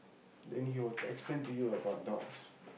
then he will explain to you about dogs